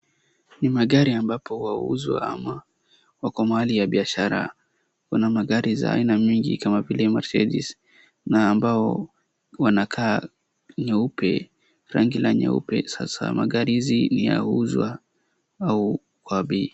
Ni magari ambapo wauzwa ama ni pahali ya biashara ,kuna magari za aina mingi kama vile mercedez na ambao wanakaa nyeupe ,rangi ya nyeupe sasa magari hizi ni ya kuuzwa au kwa bei.